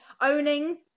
Owning